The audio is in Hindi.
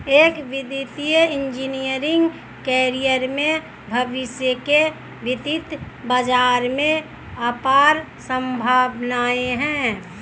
एक वित्तीय इंजीनियरिंग कैरियर में भविष्य के वित्तीय बाजार में अपार संभावनाएं हैं